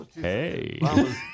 hey